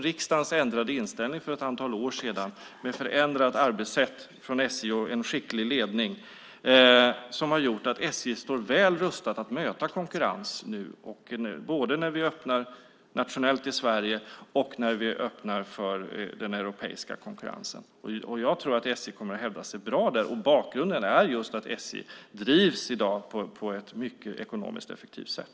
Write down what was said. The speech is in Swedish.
Riksdagens ändrade inställning för ett antal år sedan - med ett förändrat arbetssätt hos SJ och en skicklig ledning - har gjort att SJ står väl rustat att möta konkurrens, både när vi öppnar nationellt i Sverige och när vi öppnar för den europeiska konkurrensen. Jag tror att SJ kommer att hävda sig bra. Bakgrunden är att SJ i dag drivs på ett ekonomiskt effektivt sätt.